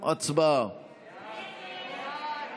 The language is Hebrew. הסתייגות מס'